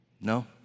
No